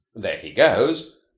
there he goes!